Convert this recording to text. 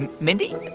and mindy?